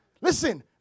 Listen